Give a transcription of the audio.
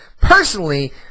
personally